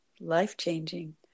life-changing